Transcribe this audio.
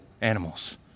animals